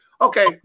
Okay